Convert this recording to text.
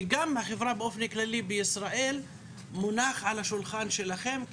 וגם החברה באופן כללי בישראל מונח על השולחן שלכם,